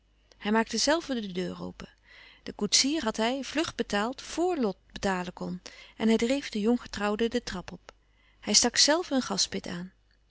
hij maakte zelve de deur open den koetsier had hij vlug betaald vor lot betalen kon en hij dreef de jonggetrouwden de trap op hij stak zelve een gaspit aan